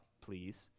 please